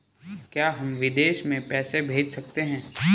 क्या हम विदेश में पैसे भेज सकते हैं?